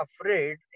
afraid